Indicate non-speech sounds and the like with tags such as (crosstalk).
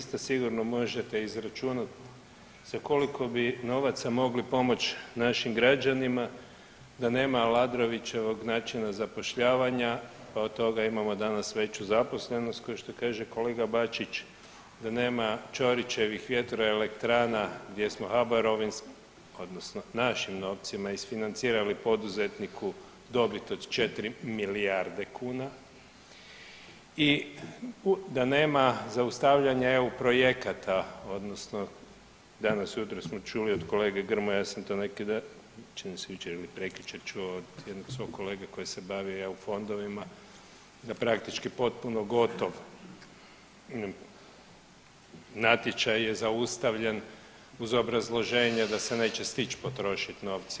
Poštovana kolegice, … (unintelligible) možete izračunat, za koliko novaca bi mogli pomoć našim građanima, da nema Aladrovićevog načina zapošljavanja pa od toga imamo danas veću zaposlenost ko što kaže kolega Bačić, da nema Čorićevih vjetroelektrana gdje smo HBOR-ovim odnosno našim novcima financirali poduzetniku dobit od 4 milijardi kuna i da nema zaustavljanja EU projekata odnosno danas ujutro smo čuli od kolege Grmoje, ja sam to neki dana čini mi se jučer ili prekjučer čuo od jednog svog kolege koji se bavi EU fondovima, da praktički potpuno gotov natječaj je zaustavljen uz obrazloženje da se neće stići potrošiti novci.